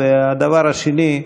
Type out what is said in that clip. והדבר השני,